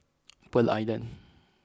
Pearl Island